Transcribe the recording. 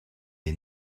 est